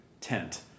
tent